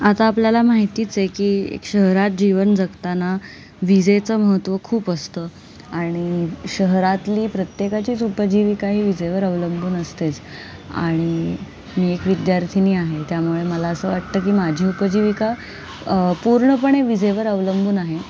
आता आपल्याला माहितीच आहे की शहरात जीवन जगताना विजेचं महत्त्व खूप असतं आणि शहरातली प्रत्येकाचीच उपजीविका ही विजेवर अवलंबून असतेच आणि मी एक विद्यार्थीनी आहे त्यामुळे मला असं वाटतं की माझी उपजीविका पूर्णपणे विजेवर अवलंबून आहे